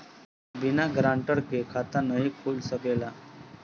बिना गारंटर के खाता नाहीं खुल सकेला?